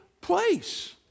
place